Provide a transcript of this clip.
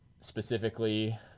specifically